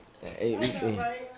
Hey